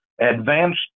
advanced